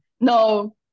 No